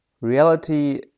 reality